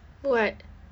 what